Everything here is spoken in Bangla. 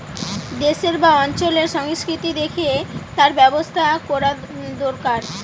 দেশের বা অঞ্চলের সংস্কৃতি দেখে তার ব্যবসা কোরা দোরকার